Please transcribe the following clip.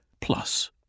plus